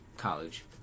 college